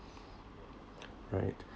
right